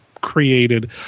created